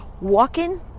walking